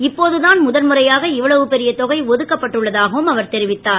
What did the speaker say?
இப்போது தான் முதல்முறையாக இவ்வளவு பெரிய தொகை ஒதுக்கப்பட்டுள்ள தாகவும் தெரிவித்தார்